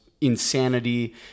insanity